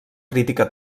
crítica